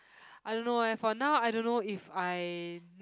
I don't know eh for now I don't know if I